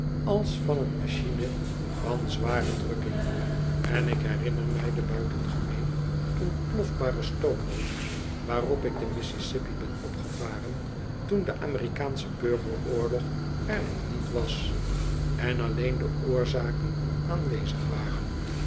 als van een machine van zware drukking en ik herinner mij de buitengemeen ontplofbare stoomboot waarop ik de missisippi ben opgevaren toen de amerikaansche burgeroorlog er nog niet was en alleen de oorzaken aanwezig waren